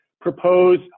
propose